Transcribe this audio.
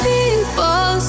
People